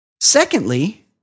secondly